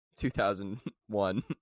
2001